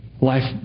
Life